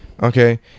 Okay